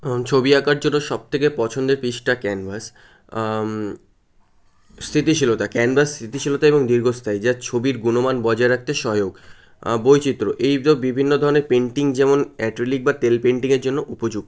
ছবি আঁকার জন্য সবথেকে পছন্দের পৃষ্ঠা ক্যানভাস স্মৃতিশীলতা ক্যানভাস স্মৃতিশীলতা এবং দীর্ঘস্থায়ী যা ছবির গুণমান বজায় রাখতে সহায়ক বৈচিত্র্য এইসব বিভিন্ন ধরনের পেন্টিং যেমন অ্যাক্রাইলিক বা তেল পেন্টিংয়ের জন্য উপযুক্ত